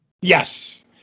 Yes